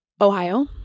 Ohio